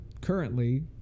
currently